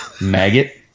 Maggot